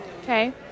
Okay